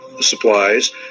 supplies